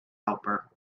helper